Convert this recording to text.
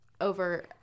over